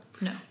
No